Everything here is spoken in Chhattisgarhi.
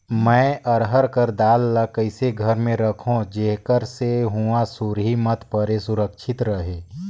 मैं अरहर कर दाल ला कइसे घर मे रखों जेकर से हुंआ सुरही मत परे सुरक्षित रहे?